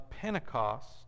Pentecost